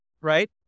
right